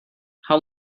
how